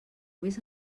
vés